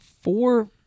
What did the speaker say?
four